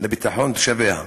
לביטחון תושביה,